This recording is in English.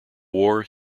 war